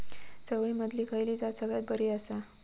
चवळीमधली खयली जात सगळ्यात बरी आसा?